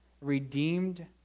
Redeemed